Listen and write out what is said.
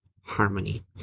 harmony